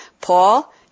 Paul